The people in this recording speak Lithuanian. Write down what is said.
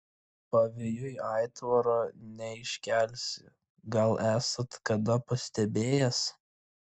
pavėjui aitvaro neiškelsi gal esat kada pastebėjęs